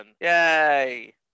Yay